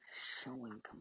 showing